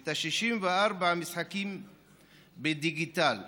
ואת 64 המשחקים בדיגיטל.